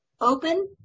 open